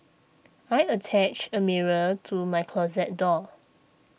I attached a mirror to my closet door